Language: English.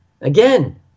again